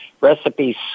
recipes